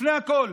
לפני הכול,